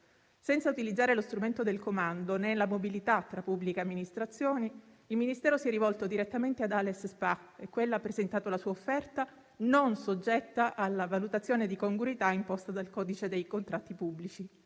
Senza utilizzare lo strumento del comando nella mobilità tra pubbliche amministrazioni, il Ministero si è rivolto direttamente ad ALES SpA e quella ha presentato la sua offerta non soggetta alla valutazione di congruità imposta dal codice dei contratti pubblici.